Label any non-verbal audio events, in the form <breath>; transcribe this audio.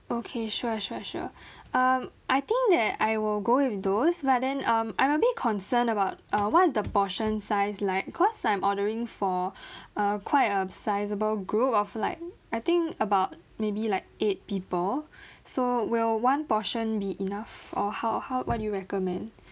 okay sure sure sure <breath> um I think that I will go with those but then um I'm a bit concerned about uh what is the portion size like cause I'm ordering for <breath> uh quite a sizeable group of like I think about maybe like eight people <breath> so will one portion be enough or how how what do you recommend